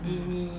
mm